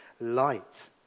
light